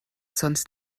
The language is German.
sonst